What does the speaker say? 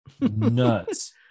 nuts